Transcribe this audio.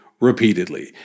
repeatedly